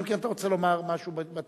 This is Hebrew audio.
אלא אם כן אתה רוצה לומר משהו בהתחלה,